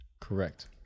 Correct